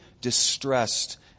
distressed